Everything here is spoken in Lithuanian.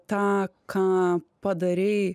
tą ką padarei